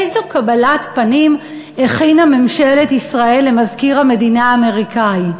איזו קבלת פנים הכינה ממשלת ישראל למזכיר המדינה האמריקני?